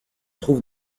trouve